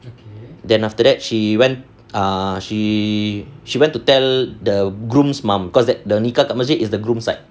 then after that she went err she she went to tell the groom's mum cause that the nikah kat masjid is the groom's side